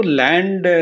land